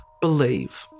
believe